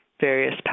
various